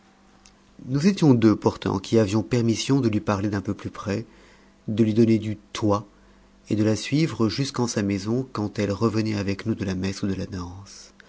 nous étions deux pourtant qui avions permission de lui parler d'un peu plus près de lui donner du toi et de la suivre jusqu'en sa maison quand elle revenait avec nous de la messe ou de la danse